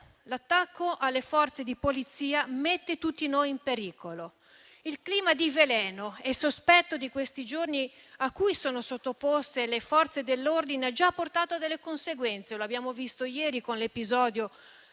L'attacco alle Forze di polizia mette tutti noi in pericolo. Il clima di veleno e sospetto di questi giorni a cui sono sottoposte le Forze dell'ordine ha già portato a delle conseguenze, come abbiamo visto ieri con l'episodio